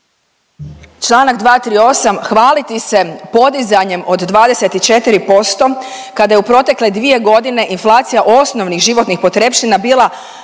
Čl. 238. Hvaliti se podizanjem od 24% kada je u protekle dvije godine inflacija osnovnih životnih potrepština bila